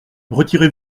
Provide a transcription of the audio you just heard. retirez